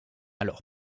alors